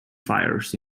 fires